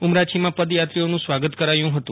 ઉમરાછીમાં પદયાત્રીઓનું સ્વાગત કરાયુંહતું